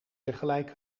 tegelijk